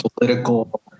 political